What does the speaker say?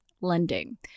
Lending